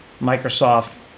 Microsoft